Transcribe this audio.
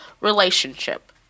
relationship